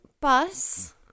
bus